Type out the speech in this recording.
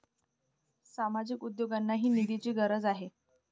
सामाजिक उद्योगांनाही निधीची गरज आहे